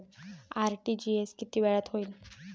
RTGS किती वेळात होईल?